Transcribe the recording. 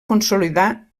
consolidar